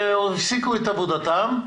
הפסיקו את עבודתם,